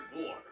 war